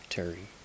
Terry